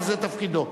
וזה תפקידו.